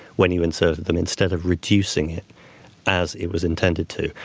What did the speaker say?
when you inserted them instead of reducing it as it was intended to.